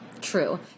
true